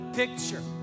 picture